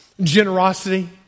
generosity